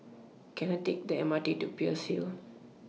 Can I Take The MRT to Peirce Hill